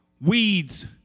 weeds